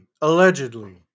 allegedly